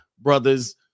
brothers